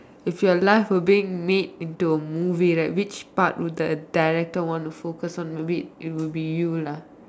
if your life were being made into the movie right which part would the director want to focus on maybe it would be you lah